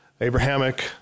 Abrahamic